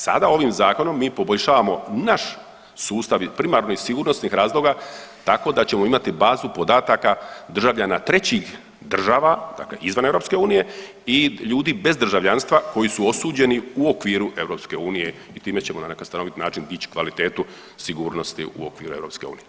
Sada ovim zakonom mi poboljšavamo naš sustav i primarno iz sigurnosnih razloga tako da ćemo imati bazu podataka državljana trećih država, dakle izvan EU i ljudi bez državljanstva koji su osuđeni u okviru EU i time ćemo na neki stanovit način dići kvalitetu sigurnosti u okviru EU.